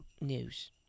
news